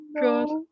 God